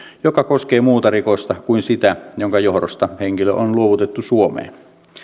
joka koskee muuta rikosta kuin sitä jonka johdosta henkilö on luovutettu suomeen